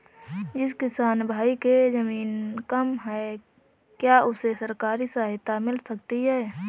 जिस किसान भाई के ज़मीन कम है क्या उसे सरकारी सहायता मिल सकती है?